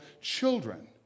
children